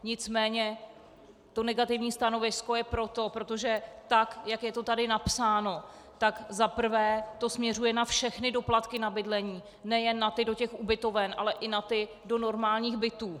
Nicméně to negativní stanovisko je proto, protože tak jak je to tady napsáno, tak za prvé to směřuje na všechny doplatky na bydlení, nejen na ty do ubytoven, ale i na ty do normálních bytů.